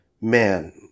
man –